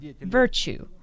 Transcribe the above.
virtue